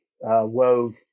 wove